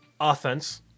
offense